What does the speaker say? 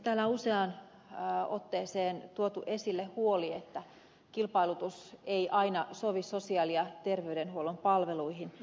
täällä useaan otteeseen on tuotu esille huoli että kilpailutus ei aina sovi sosiaali ja terveydenhuollon palveluihin